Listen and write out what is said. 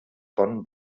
von